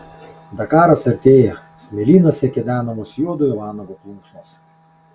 dakaras artėja smėlynuose kedenamos juodojo vanago plunksnos